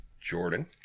Jordan